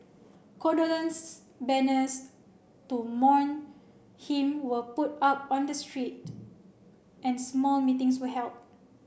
condolence banners to mourn him were put up on the street and small meetings were held